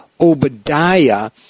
Obadiah